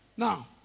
Now